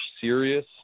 serious